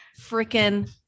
freaking